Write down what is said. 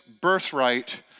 birthright